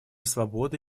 свободы